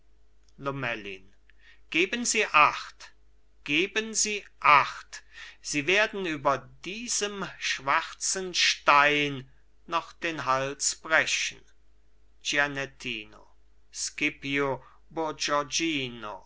lomellin geben sie acht geben sie acht sie werden über diesem schwarzen stein noch den hals brechen